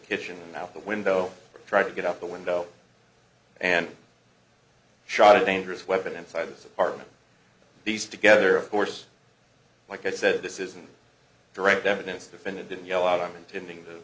kitchen out the window trying to get out the window and shot a dangerous weapon inside this apartment these together of course like i said this isn't direct evidence defendant didn't yell out i'm int